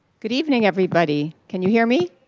good evening everybody. can you hear me?